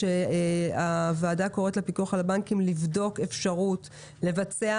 הוועדה קוראת לפיקוח על הבנקים לבדוק אפשרות לבצע